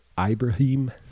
Ibrahim